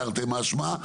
תרתי משמע,